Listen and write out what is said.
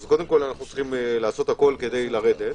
אז אנחנו צריכים לעשות הכול כדי לרדת.